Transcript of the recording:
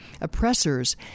oppressors